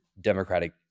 Democratic